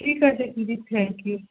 ঠিক আছে দিদি থ্যাংক ইউ